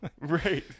Right